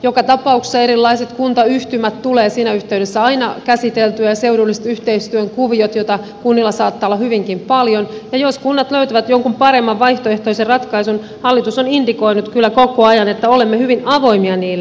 joka tapauksessa erilaiset kuntayhtymät tulee siinä yhteydessä aina käsiteltyä ja seudulliset yhteistyön kuviot joita kunnilla saattaa olla hyvinkin paljon ja jos kunnat löytävät jonkun paremman vaihtoehtoisen ratkaisun hallitus on indikoinut kyllä koko ajan että olemme hyvin avoimia niille